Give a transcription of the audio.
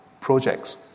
projects